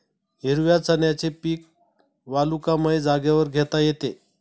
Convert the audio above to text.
हिरव्या चण्याचे पीक वालुकामय जागेवर घेता येते